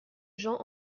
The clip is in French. jean